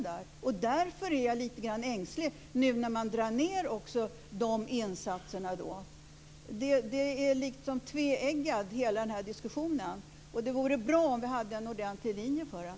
Därför är jag lite ängslig när man nu drar ned också de insatserna. Hela den här diskussionen är tveeggad, och det vore bra om vi hade en ordentlig linje för den.